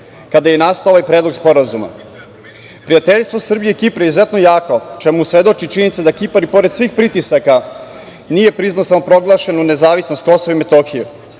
kada je nastao ovaj Predlog sporazuma. Prijateljstvo Srbije i Kipra je izuzetno jako o čemu svedoči činjenica da Kipar i pored svih pritisaka nije priznao samoproglašenu nezavisnost KiM.Kada se